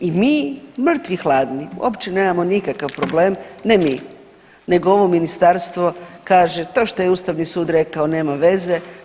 I mi mrtvi hladni uopće nemamo nikakav problem, ne mi, nego ovo ministarstvo kaže to što je Ustavni sud rekao nema veze.